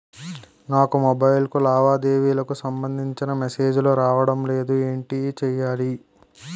నాకు మొబైల్ కు లావాదేవీలకు సంబందించిన మేసేజిలు రావడం లేదు ఏంటి చేయాలి?